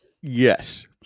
Yes